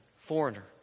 foreigner